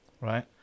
right